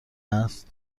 است